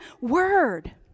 word